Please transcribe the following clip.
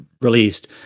released